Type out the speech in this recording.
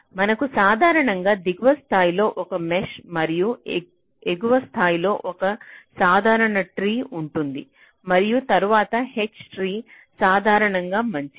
మనకు సాధారణంగా దిగువ స్థాయిలో ఒక మెష్ మరియు ఎగువ స్థాయిలో ఒక సాధారణ ట్రీ ఉంటుంది మరియు తరువాత H ట్రీ సాధారణంగా మంచిది